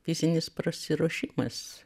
fizinis prasiruošimas